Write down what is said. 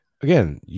again